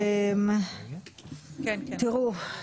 תראו,